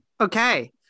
Okay